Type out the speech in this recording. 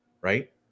right